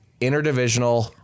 interdivisional